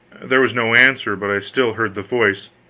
there was no answer, but i still heard the voice.